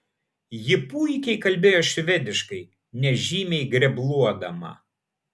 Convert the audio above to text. ji puikiai kalbėjo švediškai nežymiai grebluodama